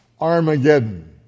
Armageddon